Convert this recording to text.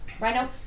Rhino